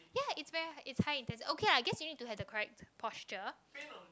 ya is very is high intensive okay lah I guess you need to have the correct posture